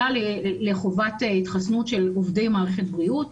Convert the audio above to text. לחובת התחסנות של עובדי מערכת בריאות,